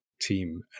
team